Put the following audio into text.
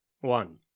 One